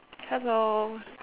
hello